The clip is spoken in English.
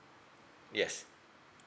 yes